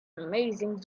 amazing